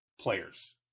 players